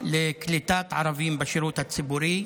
לקליטת ערבים בשירות הציבורי.